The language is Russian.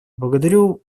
благодарю